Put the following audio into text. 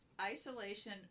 Isolation